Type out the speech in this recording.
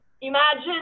imagine